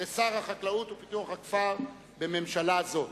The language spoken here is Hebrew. לשר החקלאות ופיתוח הכפר בממשלה הזאת.